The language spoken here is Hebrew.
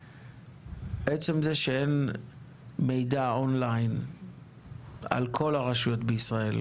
עצם זה שאין מידע אונליין כל יום על כל הרשויות בישראל,